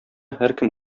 һәркем